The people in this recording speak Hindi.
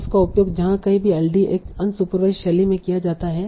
अब इसका उपयोग जहां कहीं भी एलडीए एक अनसुपरवाईसड शैली में किया जाता है